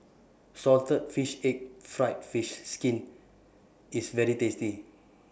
Salted Fish Egg Fried Fish Skin IS very tasty